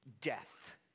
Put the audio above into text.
death